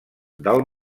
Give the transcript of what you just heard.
del